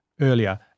earlier